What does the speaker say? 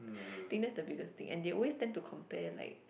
think that's the biggest thing and they always tend to compare like